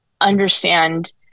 understand